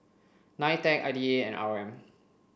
NITEC I D A and R O M